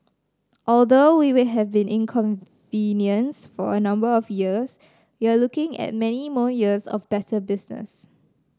although we would have been inconvenienced for a number of years we are looking at many more years of better business